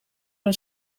een